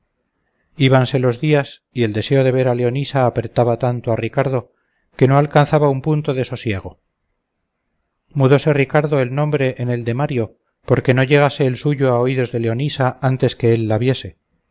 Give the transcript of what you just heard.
amo íbanse los días y el deseo de ver a leonisa apretaba tanto a ricardo que no alcanzaba un punto de sosiego mudóse ricardo el nombre en el de mario porque no llegase el suyo a oídos de leonisa antes que él